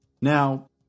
Now